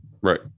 Right